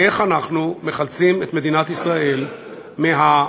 איך אנחנו מחלצים את מדינת ישראל מהטראומה